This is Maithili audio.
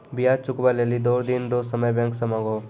ब्याज चुकबै लेली दो दिन रो समय बैंक से मांगहो